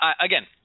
Again